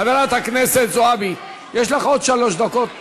חברת הכנסת זועבי, יש לך עוד שלוש דקות לרשותך.